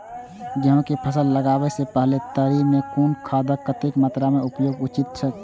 गेहूं के फसल लगाबे से पेहले तरी में कुन खादक कतेक मात्रा में उपयोग उचित छेक?